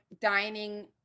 dining